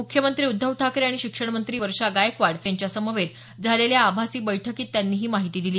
मुख्यमंत्री उद्धव ठाकरे आणि शिक्षण मंत्री वर्षा गायकवाड यांच्यासमवेत झालेल्या आभासी बैठकीत त्यांनी ही माहिती दिली